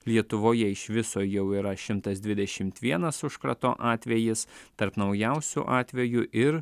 lietuvoje iš viso jau yra šimtas dvidešimt vienas užkrato atvejis tarp naujausių atvejų ir